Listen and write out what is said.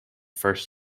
first